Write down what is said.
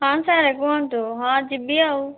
ହଁ ସାର୍ କୁହନ୍ତୁ ହଁ ଯିବି ଆଉ